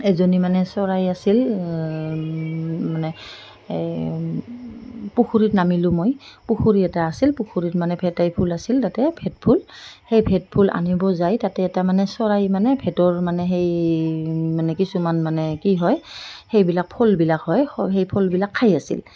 এজনী মানে চৰাই আছিল মানে এই পুখুৰীত নামিলোঁ মই পুখুৰী এটা আছিল পুখুৰীত মানে ভেটাই ফুল আছিল তাতে ভেটফুল সেই ভেটফুল আনিব যায় তাতে এটা মানে চৰাই মানে ভেটৰ মানে সেই মানে কিছুমান মানে কি হয় সেইবিলাক ফলবিলাক হয় সেই ফলবিলাক খাই আছিল